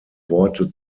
worte